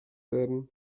werden